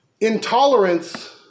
Intolerance